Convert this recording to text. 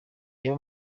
reba